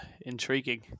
intriguing